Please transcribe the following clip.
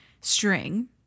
string